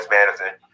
Madison